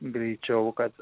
greičiau kad